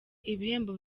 ibihembo